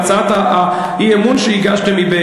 אבל אתה הגשת הצעה,